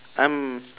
I'm